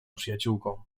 przyjaciółką